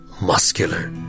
Muscular